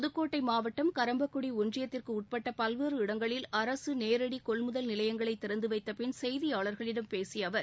புதுக்கோட்டை மாவட்டம் கரம்பக்குடி ஒன்றியத்திற்கு உட்பட்ட பல்வேறு இடங்களில் அரசு நேரடி கொள்முதல் நிலையங்களை திறந்து வைத்தபின் செய்தியாளர்களிடம் பேசிய அவர்